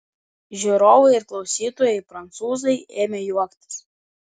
žiūrovai ir klausytojai prancūzai ėmė juoktis